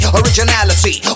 originality